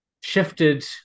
shifted